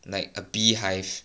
like a beehive